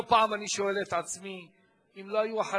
את עצמי: אם לא היו החרדים,